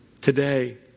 Today